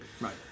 Right